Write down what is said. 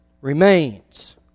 Remains